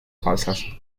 falsas